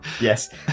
yes